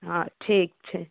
हँ ठीक छै